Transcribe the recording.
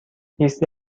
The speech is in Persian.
لیستی